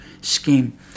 scheme